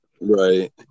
Right